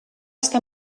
està